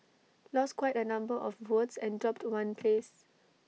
lost quite A number of votes and dropped one place